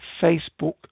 Facebook